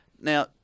Now